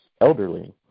elderly